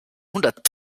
hundert